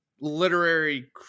literary